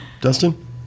Dustin